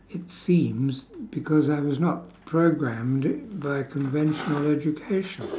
it seems because I was not programmed by conventional education